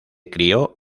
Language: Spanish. crio